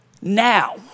now